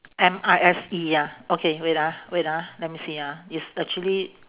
M I S E ah okay wait ah wait ah let me see ah it's actually